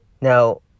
Now